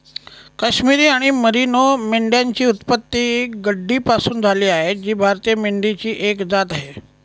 काश्मिरी आणि मेरिनो मेंढ्यांची उत्पत्ती गड्डीपासून झाली आहे जी भारतीय मेंढीची एक जात आहे